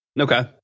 Okay